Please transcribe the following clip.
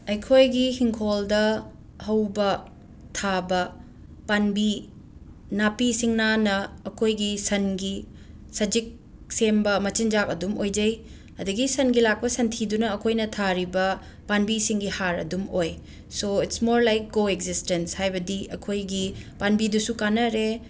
ꯑꯩꯈꯣꯏꯒꯤ ꯏꯪꯈꯣꯜꯗ ꯍꯧꯕ ꯊꯥꯕ ꯄꯥꯝꯕꯤ ꯅꯥꯄꯤ ꯁꯤꯡꯅꯥꯅ ꯑꯩꯈꯣꯏꯒꯤ ꯁꯟꯒꯤ ꯁꯖꯤꯛ ꯁꯦꯝꯕ ꯃꯆꯤꯟꯖꯥꯛ ꯑꯗꯨꯝ ꯑꯣꯏꯖꯩ ꯑꯗꯨꯗꯒꯤ ꯁꯟꯒꯤ ꯂꯥꯛꯄ ꯁꯟꯊꯤꯗꯨꯅ ꯑꯩꯈꯣꯏꯅ ꯊꯥꯔꯤꯕ ꯄꯥꯝꯕꯤꯁꯤꯡꯒꯤ ꯍꯥꯔ ꯑꯗꯨꯝ ꯑꯣꯏ so it's more like coexistence ꯍꯥꯏꯕꯗꯤ ꯑꯩꯈꯣꯏꯒꯤ ꯄꯥꯝꯕꯤꯗꯨꯁꯨ ꯀꯥꯟꯅꯔꯦ